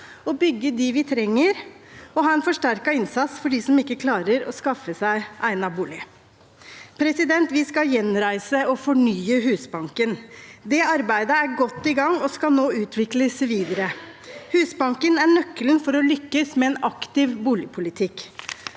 bygge dem vi trenger, og ha en forsterket innsats for dem som ikke klarer å skaffe seg egnet bolig. Vi skal gjenreise og fornye Husbanken. Det arbeidet er godt i gang og skal nå utvikles videre. Husbanken er nøkkelen for å lykkes med en aktiv boligpolitikk.